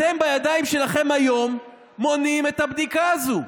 אתם בידיים שלכם היום מונעים את הבדיקה הזאת.